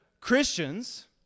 Christians